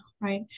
right